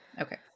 Okay